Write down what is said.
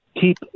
keep